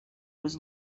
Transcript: was